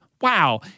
wow